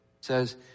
says